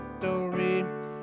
victory